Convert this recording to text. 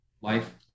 life